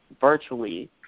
virtually